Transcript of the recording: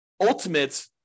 ultimate